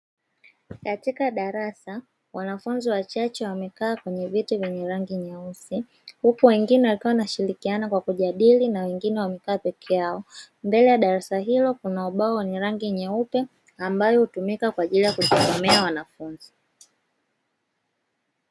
Katika darasa wanafunzi wachache wamekaa kwenye viti vyenye rangi nyeusi, huku wengine wakiwa wanashirikiana kwa kujadili na wengine wamekaa peke yao, mbele ya darasa hilo kuna ubao wenye rangi nyeupe ambayo hutumika kwaajili ya kusomea wanafunzi.